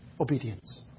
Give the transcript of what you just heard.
obedience